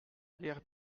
guerre